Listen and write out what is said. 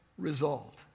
Result